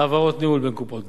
העברות ניהול בין קופות גמל,